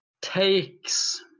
takes